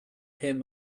him